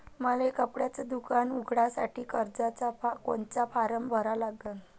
मले कपड्याच दुकान उघडासाठी कर्जाचा कोनचा फारम भरा लागन?